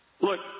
Look